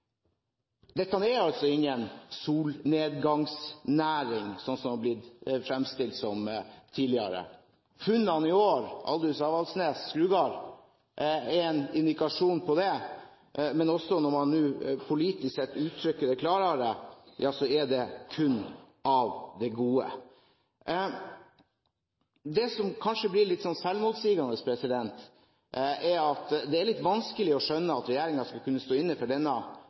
Dette er altså ingen solnedgangsnæring, slik som det har blitt fremstilt tidligere. Funnene i år – Aldous/Avaldsnes og Skrugard – er en indikasjon på det. Når man nå også politisk sett uttrykker det klarere, er det kun av det gode. Det som kanskje blir litt selvmotsigende, og som er litt vanskelig å skjønne, er at regjeringen skal kunne stå inne for denne